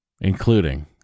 including